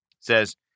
says